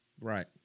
Right